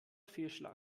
fehlschlag